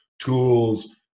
Tools